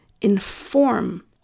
inform